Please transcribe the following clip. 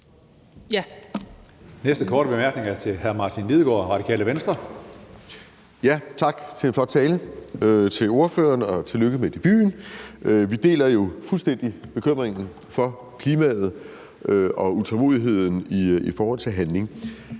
Den næste korte bemærkning er til hr. Martin Lidegaard, Radikale Venstre. Kl. 19:39 Martin Lidegaard (RV): Tak til ordføreren for en flot tale, og tillykke med debuten. Vi deler jo fuldstændig bekymringen for klimaet og utålmodigheden i forhold til handling.